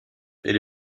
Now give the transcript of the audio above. est